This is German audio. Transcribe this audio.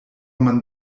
man